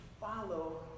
follow